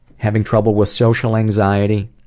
having trouble with social anxiety,